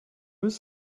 was